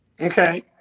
Okay